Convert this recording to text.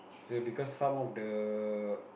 because some of the